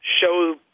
show